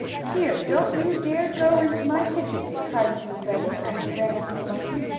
here! don't you dare go into my kitchen! cried mrs. redden, as she ran after the monkey.